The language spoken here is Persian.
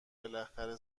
بالاخره